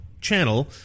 channel